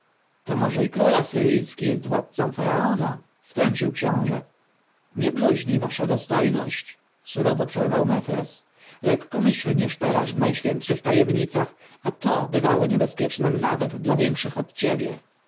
to może i król asyryjski jest władcą faraona wtrącił książę nie bluźnij wasza dostojność surowo przerwał mefres lekkomyślnie szperasz w najświętszych tajemnicach a to bywało niebezpiecznem nawet dla większych od ciebie